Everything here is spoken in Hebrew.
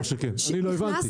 אני לא הבנתי.